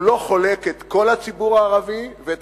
הוא לא חולק את כל הציבור הערבי ואת